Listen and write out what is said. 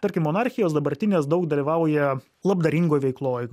tarkim monarchijos dabartinės daug dalyvauja labdaringoj veikloj